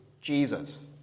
Jesus